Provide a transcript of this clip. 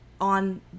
on